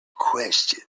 question